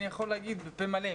אני יכול להגיד בפה מלא,